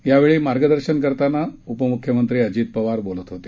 यावेळी मार्गदर्शन करताना उपम्ख्यमंत्री अजित पवार बोलत होते